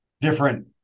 different